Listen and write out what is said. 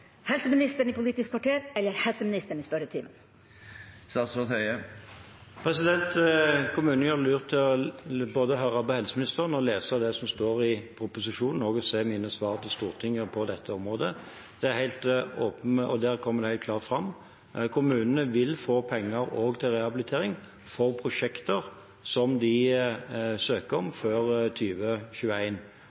helseministeren i Politisk kvarter, eller helseministeren i spørretimen? Kommunene gjør lurt i både å høre på helseministeren og lese det som står i proposisjonen, noe som er mine svar til Stortinget på dette området. Der kommer det helt klart fram at kommunene også vil få penger til rehabilitering for prosjekter som de søker om før